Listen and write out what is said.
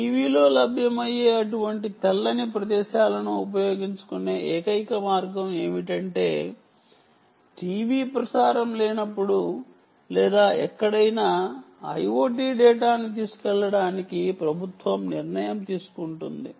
టీవీలో లభ్యమయ్యే అటువంటి తెల్లని ప్రదేశాలను ఉపయోగించుకునే ఏకైక మార్గం ఏమిటంటే టీవీ ప్రసారం లేనప్పుడు లేదా ఎక్కడైనా IoT డేటాను తీసుకెళ్లడానికి ప్రభుత్వం నిర్ణయం తీసుకుంటుంది